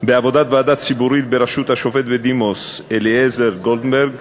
בעבודת ועדה ציבורית בראשות השופט בדימוס אליעזר גולדברג,